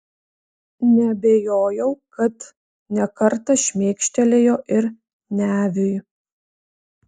neabejojau kad ne kartą šmėkštelėjo ir neviui